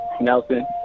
Nelson